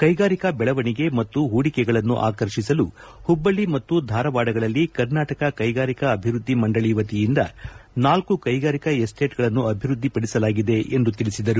ಕೈಗಾರಿಕಾ ಬೆಳವಣಿಗೆ ಮತ್ತು ಪೂಡಿಕೆಗಳನ್ನು ಆಕರ್ಷಿಸಲು ಹುಬ್ಬಳ್ಳಿ ಮತ್ತು ಧಾರವಾಡಗಳಲ್ಲಿ ಕರ್ನಾಟಕ ಕೈಗಾರಿಕಾ ಅಭಿವೃದ್ಧಿ ಮಂಡಳಿ ವತಿಯಿಂದ ನಾಲ್ಕು ಕೈಗಾರಿಕಾ ಎಸ್ಸೇಟ್ಗಳನ್ನು ಅಭಿವೃದ್ಧಿಪಡಿಸಲಾಗಿದೆ ಎಂದು ತಿಳಿಸಿದರು